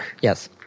Yes